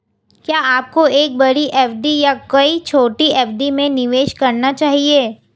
क्या आपको एक बड़ी एफ.डी या कई छोटी एफ.डी में निवेश करना चाहिए?